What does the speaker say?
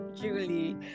Julie